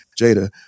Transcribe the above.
jada